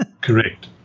correct